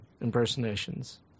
impersonations